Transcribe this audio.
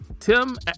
Tim